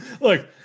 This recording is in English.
Look